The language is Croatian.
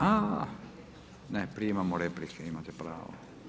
A ne, prije imamo replike, imate pravo.